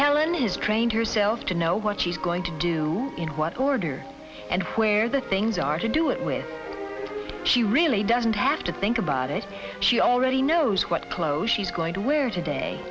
helen is trained herself to know what she's going to do in what order and where the things are to do it with she really doesn't have to think about it she already knows what clothes she's going to wear today